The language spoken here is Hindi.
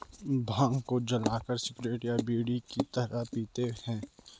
भांग को जलाकर सिगरेट या बीड़ी की तरह पीते हैं